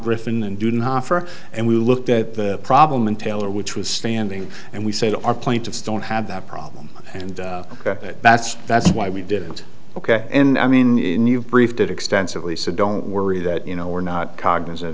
griffin and didn't offer and we looked at the problem and tailor which was standing and we said our plaintiffs don't have that problem and that's that's why we didn't ok i mean you briefed it extensively so don't worry that you know we're not cognizant